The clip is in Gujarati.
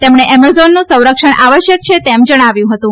તેમણે એમેઝોન સંરક્ષણ આવશ્યક છે તેમ જણાવ્યું હતું